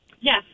Yes